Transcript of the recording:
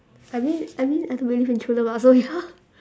I mean I mean I don't believe in true love ah so ya